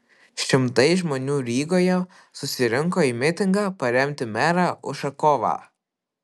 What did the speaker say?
šimtai žmonių rygoje susirinko į mitingą paremti merą ušakovą